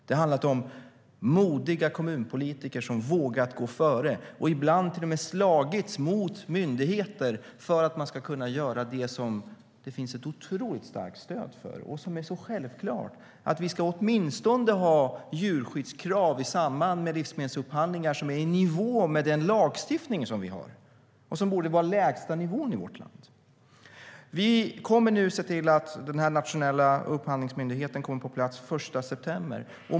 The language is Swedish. Det har handlat om modiga kommunpolitiker som vågat gå före och ibland till och med slagits mot myndigheter för det som det finns ett otroligt starkt stöd för och som är så självklart: att vi i samband med livsmedelsupphandlingar ska ha djurskyddskrav som åtminstone är i nivå med den lagstiftning vi har. Den borde vara den lägsta nivån i vårt land. Vi kommer nu att se till att den nationella upphandlingsmyndigheten kommer på plats den 1 september.